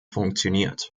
funktioniert